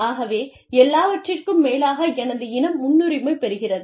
ஆகவே எல்லாவற்றிற்கும் மேலாக எனது இனம் முன்னுரிமை பெறுகிறது